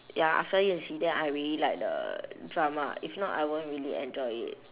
ya after yan xi then I really like the drama if not I won't really enjoy it